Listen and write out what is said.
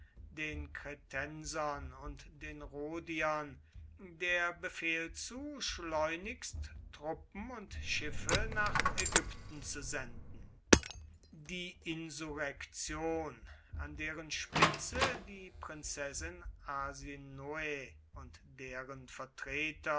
den kretensern und den rhodiern der befehl zu schleunigst truppen und schiffe nach ägypten zu senden die insurrektion an deren spitze die prinzessin arsinoe und deren vertreter